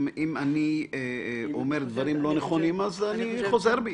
אם אני אומר דברים לא נכונים, אני חוזר בי.